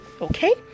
okay